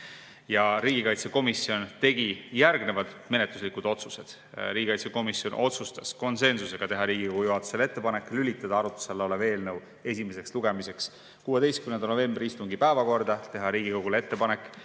peastaapi. Riigikaitsekomisjon tegi järgnevad menetluslikud otsused. Riigikaitsekomisjon tegi konsensusega otsuse teha Riigikogu juhatusele ettepanek lülitada arutluse all olev eelnõu esimeseks lugemiseks 16. novembri istungi päevakorda ja teha Riigikogule ettepanek